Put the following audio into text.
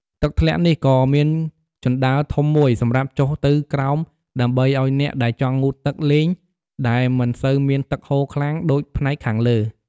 ទឹកធ្លាក់នេះក៏មានជណ្ដើរធំមួយសម្រាប់ចុះទៅក្រោមដើម្បីឲ្យអ្នកដែលចង់ងូតទឹកលេង ដែលមិនសូវមានទឹកហូរខ្លាំងដូចផ្នែកខាងលើ។